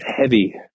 heavy